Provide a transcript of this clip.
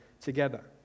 together